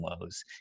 lows